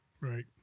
Right